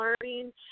learning